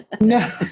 No